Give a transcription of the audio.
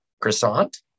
croissant